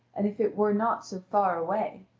and if it were not so far away.